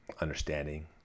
understanding